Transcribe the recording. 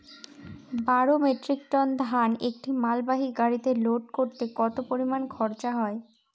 বারো metric ton ধান একটি মালবাহী গাড়িতে লোড করতে কতো পরিমাণ খরচা হয়?